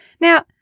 Now